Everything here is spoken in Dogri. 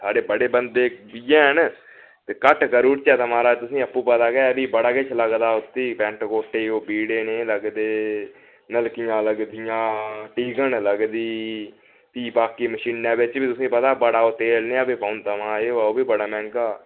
साढ़े बड़े बंदे बी हैन ते घट्ट करूड़चै तां महाराज तुसें आपूं पता गै फ्ही बड़ा किश लगदा उसी पैंट कोटे ओह् बीड़े नेह् लगदे नलकियां लगदियां टिकन लगदी फ्ही बाकी मशीनै बिच्च बी तुसें पता बड़ा ओह् तेल नेहा बी पौंदा मां जवा ओह् बी बड़ा मैंह्गा